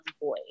boy